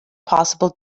possible